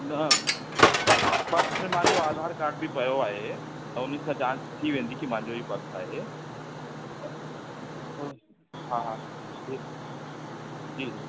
न purse purse में मुहिंजो आधार कार्ड बि पियो आहे त उनसां जांचु थी वेंदी की मुंहिंजो ई पर्स आहे ठीकु आहे हा हा जी जी